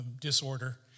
Disorder